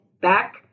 back